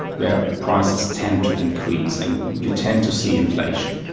where prices tend to increase and you tend to see inflation.